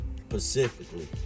specifically